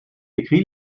écrit